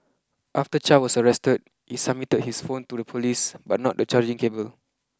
after Chow was arrested he submitted his phone to the police but not the charging cable